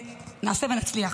נעשה ונצליח.